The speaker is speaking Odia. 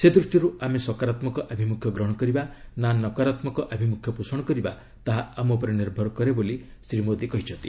ସେ ଦୃଷ୍ଟିରୁ ଆମେ ସକାରାତ୍ମକ ଆଭିମୁଖ୍ୟ ଗ୍ରହଣ କରିବା ନା ନକାରାତ୍ମକ ଆଭିମୁଖ୍ୟ ପୋଷଣ କରିବା ତାହା ଆମ ଉପରେ ନିର୍ଭର କରେ ବୋଲି ସେ କହିଚ୍ଛନ୍ତି